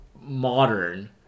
modern